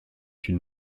une